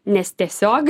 nes tiesiog